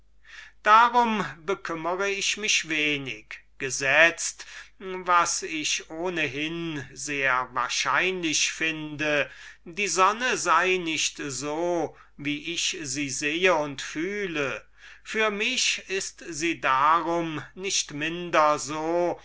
darum bekümmere ich mich wenig gesetzt die sonne sei nicht so wie ich sie sehe und fühle für mich ist sie darum nicht minder so